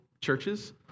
churches